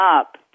up